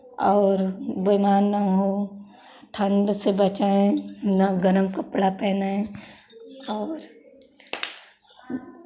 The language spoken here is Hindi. और बीमार ना हो ठंड से बचाऍं ना गरम कपड़ा पहनाएँ और